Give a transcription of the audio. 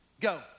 Go